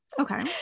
Okay